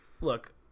Look